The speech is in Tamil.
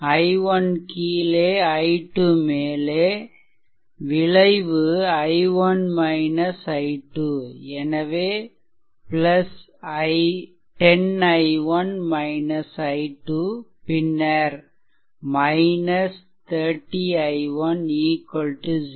i1 கீழே i2 மேலே விளைவு i1 i2எனவே 10 i1 i2 பின்னர் 30 i1 0